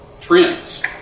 trends